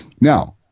Now